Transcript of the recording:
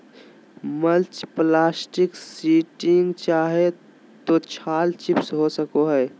mulch plastic sheeting चाहे तो छाल चिप्स हो सको हइ